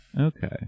Okay